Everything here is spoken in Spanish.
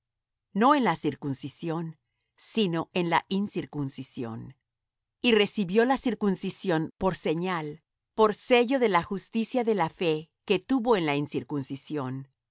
no en la circuncisión sino en la incircuncisión y recibió la circuncisión por señal por sello de la justicia de la fe que tuvo en la incircuncisión